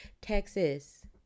Texas